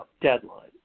deadline